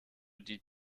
die